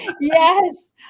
Yes